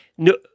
No